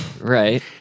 right